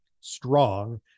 strong